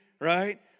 right